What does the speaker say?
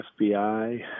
FBI